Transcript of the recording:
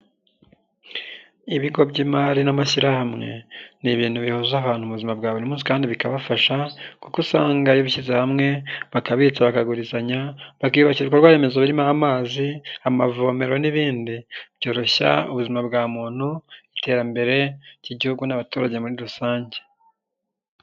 Ibigo by'imari n'amashyirahamwe ni ibintu bihuza abantu ubuzima bwa buri munsi kandi bikabafasha, kuko usanga iyo bishyize hamwe bakabitsa bakagurizanya, bakiyubakira ibikorwaremezo birimo amazi, amavomero n'ibindi byoroshya ubuzima bwa muntu iterambere ry'igihugu n'abaturage muri rusange.